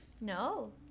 No